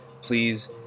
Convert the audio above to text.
please